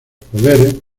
poderes